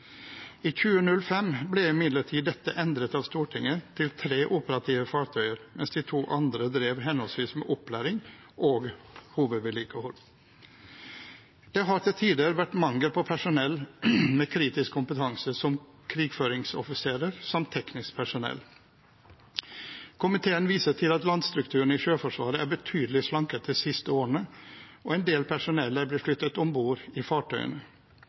I 2005 ble imidlertid dette endret av Stortinget til tre operative fartøyer, mens de to andre drev med henholdsvis opplæring og hovedvedlikehold. Det har til tider vært mangel på personell med kritisk kompetanse, som krigføringsoffiserer og teknisk personell. Komiteen viser til at landstrukturen i Sjøforsvaret er betydelig slanket de siste årene, og en del personell er blitt flyttet om bord i fartøyene.